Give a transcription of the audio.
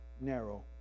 narrow